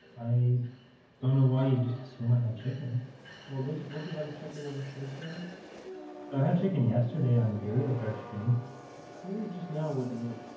i don't know why you just assumed i had chicken well digit weren't you having check-in when the shrooms started no, i had chicken yesterday on the beer. yo card stream. i thought you were just now what to go get